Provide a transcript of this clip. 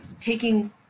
taking